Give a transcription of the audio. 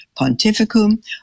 Pontificum